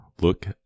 look